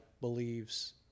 believes